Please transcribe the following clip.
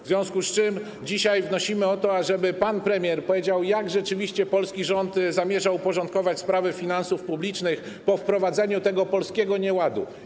W związku z tym dzisiaj wnosimy o to, ażeby pan premier powiedział, jak polski rząd zamierza uporządkować sprawy finansów publicznych po wprowadzeniu tego polskiego nieładu.